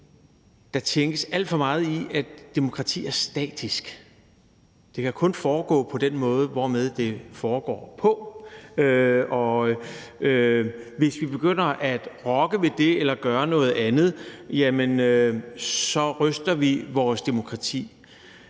der tænkes alt for meget i, at demokrati er statisk, at det kun kan foregå på den måde, hvorpå det foregår, og at hvis vi begynder at rokke ved det eller gøre noget andet, så ryster vi vores demokrati.